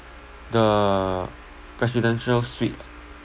the presidential suite ah